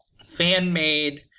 fan-made